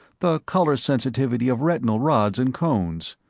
the color-sensitivity of retinal rods and cones,